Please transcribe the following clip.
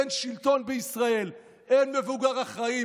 אין שלטון בישראל, אין מבוגר אחראי.